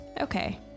Okay